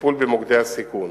לטיפול במוקדי הסיכון.